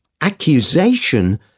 accusation